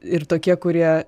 ir tokie kurie